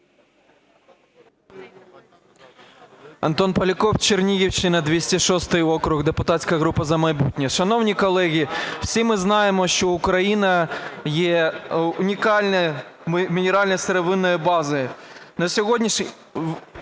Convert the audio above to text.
Антон Поляков, Чернігівщина, 206 округ, депутатська група "За майбутнє". Шановні колеги, всі ми знаємо, що Україна є унікальною мінерально-сировинною базою.